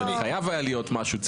זה חייב היה להיות משהו ציבורי.